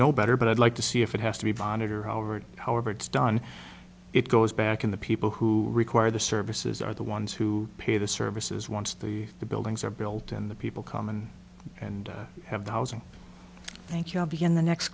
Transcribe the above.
know better but i'd like to see if it has to be vonage or howard however it's done it goes back in the people who require the services are the ones who pay the services once the the buildings are built and the people come in and have the housing thank you i'll begin the next